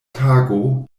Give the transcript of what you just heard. tago